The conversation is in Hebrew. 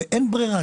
ואין ברירה,